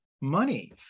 money